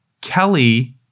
Kelly